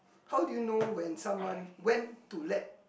how do you know when someone went to let